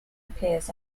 appears